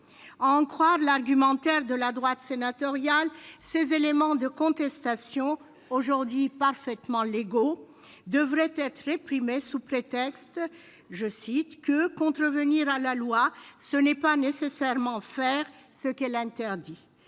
en croire l'argumentaire de la droite sénatoriale, ces éléments de contestation, aujourd'hui parfaitement légaux, devraient être réprimés sous prétexte que « contrevenir à la loi, ce n'est pas nécessairement faire ce qu'elle interdit ;